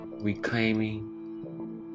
reclaiming